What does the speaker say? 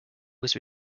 was